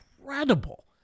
incredible